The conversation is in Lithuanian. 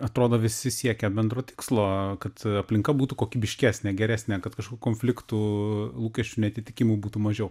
atrodo visi siekia bendro tikslo kad aplinka būtų kokybiškesnė geresnė kad kažkokių konfliktų lūkesčių neatitikimų būtų mažiau